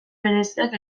bereziak